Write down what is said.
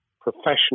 professional